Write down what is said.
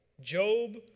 Job